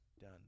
done